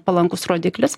palankus rodiklis